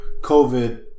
COVID